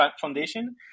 Foundation